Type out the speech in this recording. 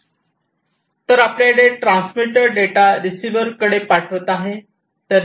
तर आपल्याकडे transmitter data रिसीव्हरकडे पाठवित आहे